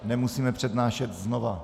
Nemusíme přednášet znovu.